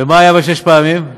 ומה היה בשש הפעמים?